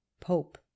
pope